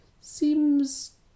seems